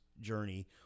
journey